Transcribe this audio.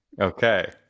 okay